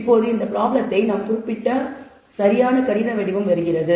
இப்போது இந்த ப்ராப்ளத்தை நாம் குறிப்பிட சரியான கணித வடிவம் வருகிறது